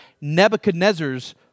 Nebuchadnezzar's